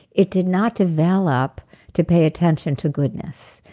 it did not develop to pay attention to goodness.